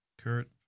Kurt